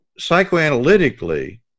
Psychoanalytically